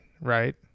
right